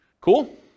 Cool